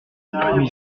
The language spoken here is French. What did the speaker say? mais